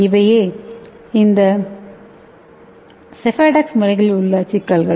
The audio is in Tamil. இவையே இந்த செபாடெக்ஸ் முறைகளில் உள்ள சிக்கல்கள்